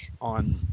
on